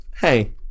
hey